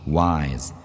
wise